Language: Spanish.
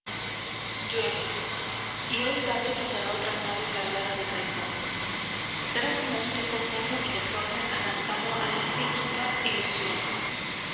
llueve y hoy tarde pasará otra nave cargada de crespón será como un pezón negro y deforme arrancado a la esfíngica ilusión